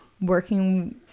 working